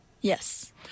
Yes